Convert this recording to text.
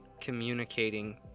communicating